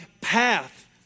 path